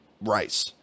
rice